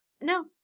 No